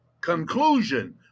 Conclusion